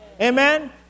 Amen